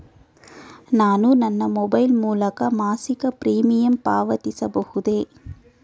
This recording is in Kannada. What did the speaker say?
ನಾನು ನನ್ನ ಮೊಬೈಲ್ ಮೂಲಕ ಮಾಸಿಕ ಪ್ರೀಮಿಯಂ ಪಾವತಿಸಬಹುದೇ?